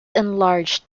enlarged